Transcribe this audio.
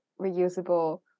reusable